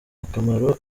akamaro